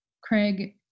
Craig